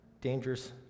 dangerous